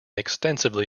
extensively